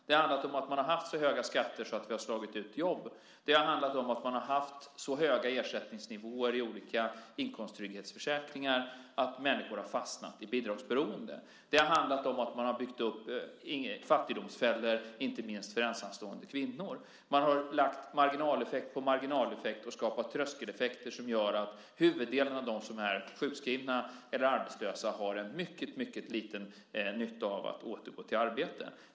Det har handlat om att man haft så höga skatter att det slagit ut jobb. Det har handlat om att man haft så höga ersättningsnivåer i olika inkomsttrygghetsförsäkringar att människor fastnat i bidragsberoende. Det har handlat om att man byggt upp fattigdomsfällor, inte minst för ensamstående kvinnor. Man har lagt marginaleffekt på marginaleffekt och skapat tröskeleffekter som gör att huvuddelen av dem som är sjukskrivna eller arbetslösa har mycket liten nytta av att återgå i arbete.